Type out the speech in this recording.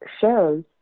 shows